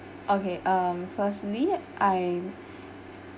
okay um firstly I